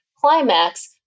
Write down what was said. climax